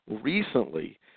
Recently